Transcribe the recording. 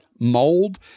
mold